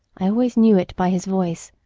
i always knew it by his voice,